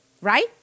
Right